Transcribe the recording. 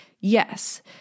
Yes